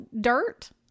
dirt